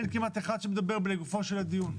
אין כמעט אחד שמדבר לגופו של הדיון.